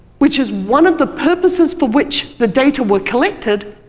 which is one of the purposes for which the data were collected,